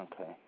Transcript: Okay